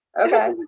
Okay